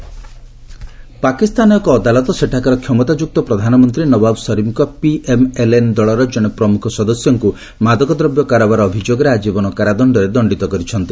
Pak court ପାକିସ୍ତାନର ଏକ ଅଦାଲତ ସେଠାକାର କ୍ଷମତାଯୁକ୍ତ ପ୍ରଧାନମନ୍ତ୍ରୀ ନବାବ୍ ସରିଫଙ୍କ ପିଏମଏଲଏନ ଦଳର ଜଣେ ପ୍ରମୁଖ ସଦସ୍ୟଙ୍କୁ ମାଦକଦ୍ରବ୍ୟ କାରବାର ଅଭିଯୋଗରେ ଆଜୀବନ କାରଦାଣ୍ଡରେ ଦଣ୍ଡିତ କରିଛି